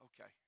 Okay